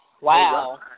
Wow